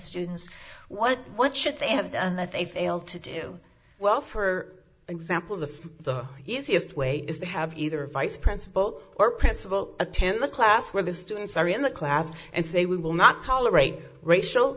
students what what should they have done that they failed to do well for example the the easiest way is they have either a vice principal or principal attend the class where the students are in the class and say we will not tolerate racial